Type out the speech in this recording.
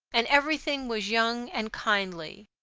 and everything was young and kindly.